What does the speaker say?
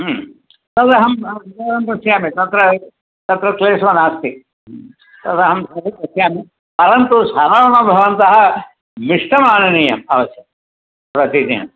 तदहं पश्यामि तत्र तत्र क्लेशो नास्ति तदहं पश्यामि परन्तु श्रवणतः भवन्तः मिष्टं आननीयम् अस्तु प्रतिदिनम्